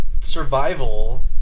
survival